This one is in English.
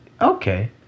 Okay